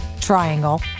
triangle